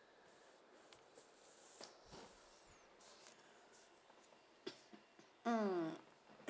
mm